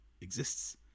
exists